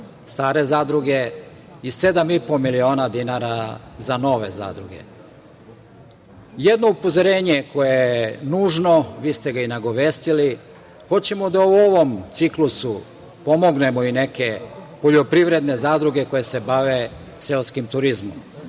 stare zadruge i 7,5 miliona dinara za nove zadruge. Jedno upozorenje koje je nužno, vi ste ga i nagovestili. Hoćemo da u ovom ciklusu pomognemo i neke poljoprivredne zadruge koje se bave seoskim turizmom.